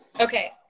Okay